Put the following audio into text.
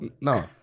No